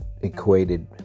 equated